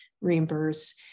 reimburse